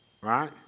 Right